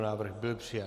Návrh byl přijat.